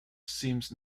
seems